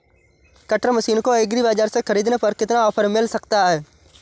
Cutter machine को agri bazaar से ख़रीदने पर कितना ऑफर मिल सकता है?